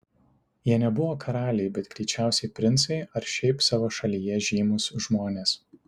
jie nebuvo karaliai bet greičiausiai princai ar šiaip savo šalyje žymūs žmonės